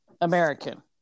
American